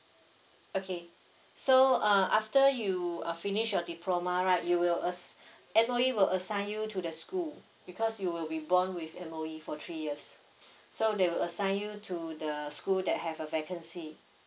okay so uh after you uh finish your diploma right you will as M_O_E will assign you to the school because you will be bond with M_O_E for three years so they will assign you to the school that have a vacancy